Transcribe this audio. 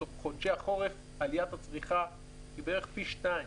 בחודשי החורף עליית הצריכה היא בערך פי שניים.